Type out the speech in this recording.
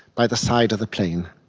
by the side of the plane.